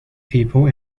people